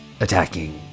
attacking